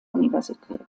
universität